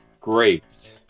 great